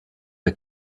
the